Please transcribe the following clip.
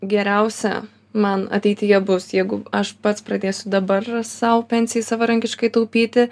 geriausia man ateityje bus jeigu aš pats pradėsiu dabar sau pensijai savarankiškai taupyti